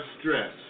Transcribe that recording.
stress